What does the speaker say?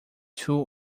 two